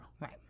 Right